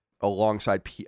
alongside